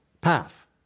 path